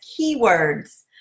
keywords